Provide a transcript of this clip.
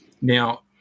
now